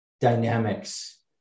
dynamics